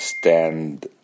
stand